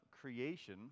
creation